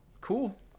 cool